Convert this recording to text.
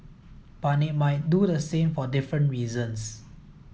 but they might do so for different reasons